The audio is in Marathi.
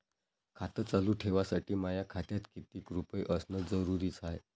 खातं चालू ठेवासाठी माया खात्यात कितीक रुपये असनं जरुरीच हाय?